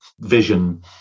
vision